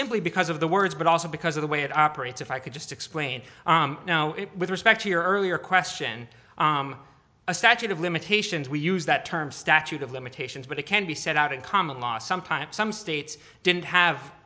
simply because of the words but also because of the way it operates if i could just explain with respect to your earlier question a statute of limitations we use that term statute of limitations but it can be set out in common law sometimes some states didn't have